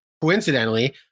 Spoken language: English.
coincidentally